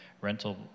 rental